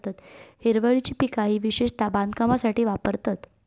हिरवळीची पिका ही विशेषता बांधकामासाठी वापरतत